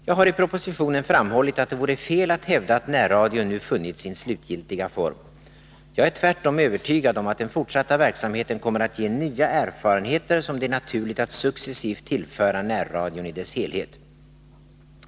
Jag har i propositionen framhållit att det vore fel att hävda att närradion nu funnit sin slutgiltiga form. Jag är tvärtom övertygad om att den fortsatta verksamheten kommer att ge nya erfarenheter, som det är naturligt att successivt tillföra närradion i dess helhet.